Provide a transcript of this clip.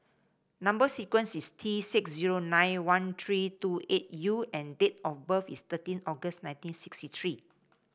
number sequence is T six zero nine one three two eight U and date of birth is thirteen August nineteen sixty three